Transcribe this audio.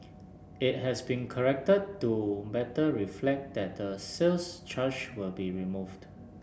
it has been corrected to better reflect that the sales charge will be removed